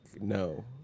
no